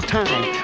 time